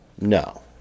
No